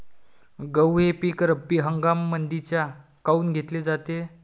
गहू हे पिक रब्बी हंगामामंदीच काऊन घेतले जाते?